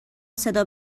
صدا